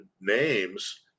names